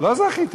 לא זכיתי,